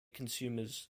consumers